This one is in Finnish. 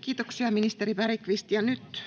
Kiitoksia, ministeri Bergqvist. — Nyt